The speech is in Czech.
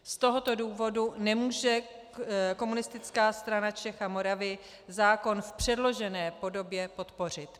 Z tohoto důvodu nemůže Komunistická strana Čech a Moravy zákon v předložené podobě podpořit.